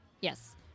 Yes